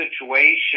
situation